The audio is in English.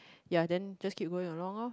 ya then just keep going along lor